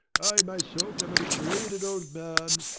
i myself am a degraded old man,